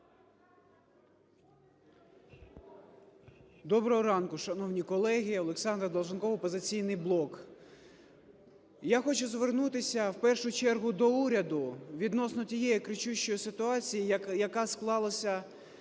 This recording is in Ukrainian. Доброго ранку, шановні колеги! Олександр Долженков, "Опозиційний блок". Я хочу звернутися, в першу чергу до уряду відносно тієї кричущої ситуації, яка склалася